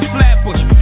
Flatbush